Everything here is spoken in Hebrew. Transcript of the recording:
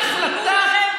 איזו החלטה,